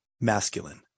masculine